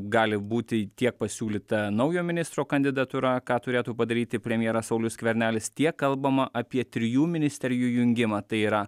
gali būti tiek pasiūlyta naujo ministro kandidatūra ką turėtų padaryti premjeras saulius skvernelis tiek kalbama apie trijų ministerijų jungimą tai yra